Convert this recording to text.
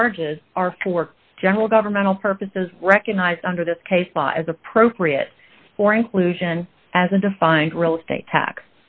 charges are for general governmental purposes recognize under this case law as appropriate for inclusion as a defined real estate tax